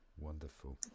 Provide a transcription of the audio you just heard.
Wonderful